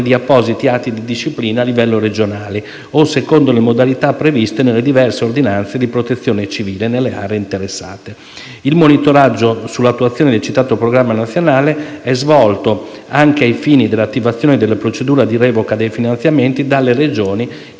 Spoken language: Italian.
di appositi atti di disciplina a livello regionale o secondo le modalità previste nelle diverse ordinanze di Protezione civile nelle aree interessate. Il monitoraggio sull'attuazione del citato Programma nazionale è svolto, anche ai fini dell'attivazione della procedura di revoca dei finanziamenti, dalle Regioni,